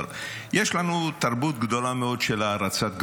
יש לנו תרבות גדולה מאוד של הערצת קדושים.